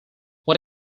what